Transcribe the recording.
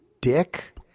dick